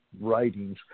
writings